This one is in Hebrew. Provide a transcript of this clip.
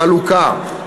חלוקה,